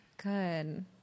Good